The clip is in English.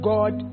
God